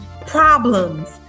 problems